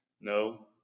No